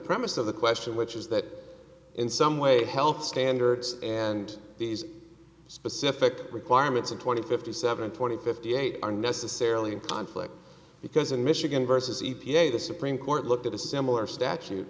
premise of the question which is that in some way health standards and these specific requirements of twenty fifty seven twenty fifty eight are necessarily in conflict because in michigan versus e p a the supreme court looked at a similar statute